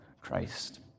Christ